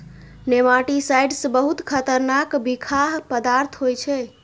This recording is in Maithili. नेमाटिसाइड्स बहुत खतरनाक बिखाह पदार्थ होइ छै